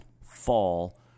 fall